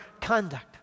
conduct